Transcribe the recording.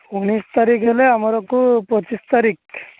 ଉଣେଇଶ ତାରିଖ ହେଲେ ଆମରକୁ ପଚିଶ ତାରିଖ